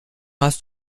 hast